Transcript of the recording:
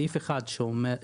סעיף אחד חוסם